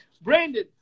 Brandon